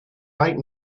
right